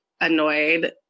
annoyed